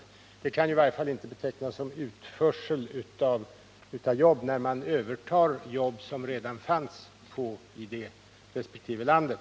Och det kan i varje fall inte betecknas som utförsel av jobb när man övertar jobb som redan finns i resp. land.